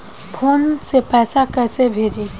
Phone से पैसा कैसे भेजी?